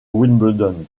wimbledon